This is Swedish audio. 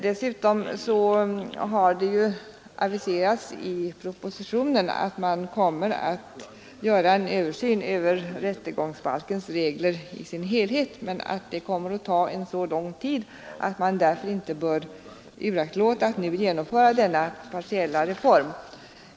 Dessutom har det ju aviserats i propositionen att det kommer att göras en översyn av rättegångsbalkens regler som helhet men att det kommer att ta så lång tid att man därför inte bör uraktlåta att nu genomföra denna partiella reform.